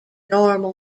normal